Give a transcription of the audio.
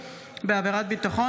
(תיקון, הגדלת הטבות להנצחה),